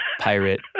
pirate